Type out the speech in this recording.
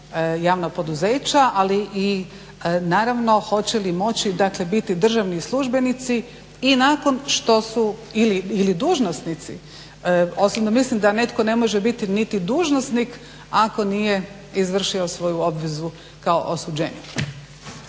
javna poduzeća. Ali i naravno hoće li moći, dakle biti državni službenici i nakon što su ili dužnosnici. Osobno mislim da netko ne može biti niti dužnosnik ako nije izvršio svoju obvezu kao osuđenik.